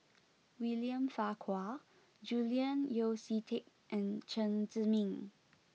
William Farquhar Julian Yeo See Teck and Chen Zhiming